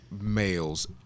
males